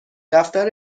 دفتر